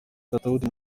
katauti